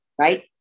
right